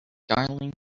darling